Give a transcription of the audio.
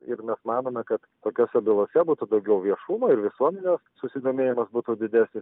ir mes manome kad tokiose bylose būtų daugiau viešumo ir visuomenės susidomėjimas būtų didesnis